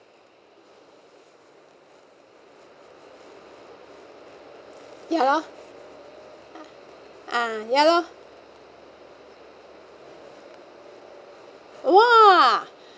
ya loh uh ya loh !wah!